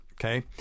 okay